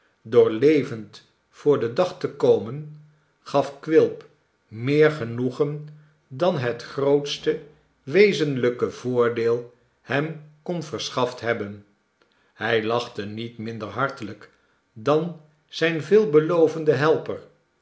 door levend voor den dag te komen gaf quilp meer genoegen dan het grootste wezenlijke voordeel hem kon verschaft hebben hij lachte niet minder hartelijk dan zijn veelbelovende helper